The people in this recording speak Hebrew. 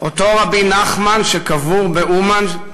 אותו רבי נחמן שקבור באומן,